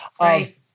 Right